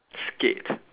skate